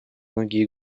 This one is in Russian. многие